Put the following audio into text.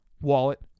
wallet